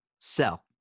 Sell